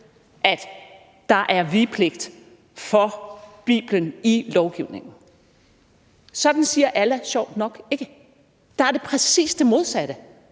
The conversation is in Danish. at der er vigepligt for Bibelen i lovgivningen. Sådan siger Allah sjovt nok ikke. Der er det præcis det modsatte,